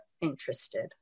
interested